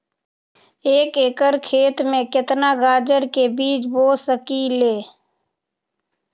एक एकर खेत में केतना गाजर के बीज बो सकीं ले?